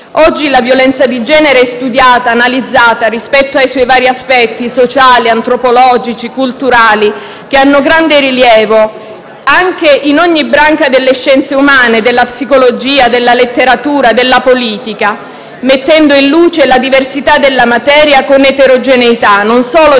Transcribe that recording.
Oggi la violenza di genere è studiata e analizzata rispetto ai suoi vari aspetti sociali, antropologici e culturali che hanno grande rilievo, anche in ogni branca delle scienze umane, della psicologia, della letteratura e della politica, mettendo in luce la diversità della materia con l'eterogeneità non solo di